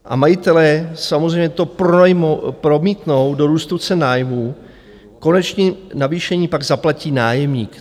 A majitelé samozřejmě to promítnou do růstu cen nájmů, konečné navýšení pak zaplatí nájemník.